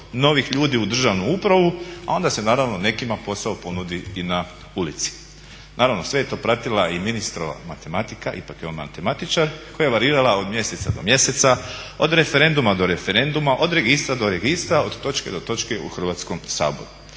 novih ljudi u državnu upravu, a onda se naravno nekima posao ponudi i na ulici. Naravno, sve je to pratila i ministrova matematika, ipak je on matematičar, koja je varirala od mjeseca do mjeseca, od referenduma do referenduma, od registra do registra, od točke do točke u Hrvatskom saboru.